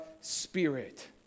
Spirit